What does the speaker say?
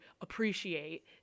appreciate